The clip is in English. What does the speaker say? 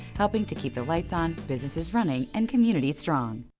helping to keep the lights on, businesses running, and communities strong.